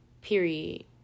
period